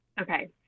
okay